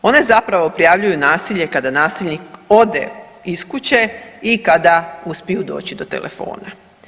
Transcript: One zapravo prijavljuju nasilje kada nasilnik ode iz kuće i kada uspiju doći do telefona.